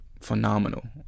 phenomenal